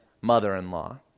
mother-in-law